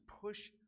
push